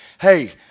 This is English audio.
hey